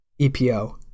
EPO